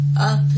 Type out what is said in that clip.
up